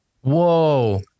Whoa